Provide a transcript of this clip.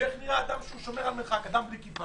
ואיך נראה אדם ששומר על מרחק אדם בלי כיפה.